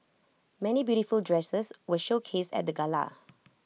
many beautiful dresses were showcased at the gala